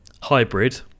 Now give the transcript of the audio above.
hybrid